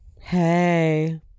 Hey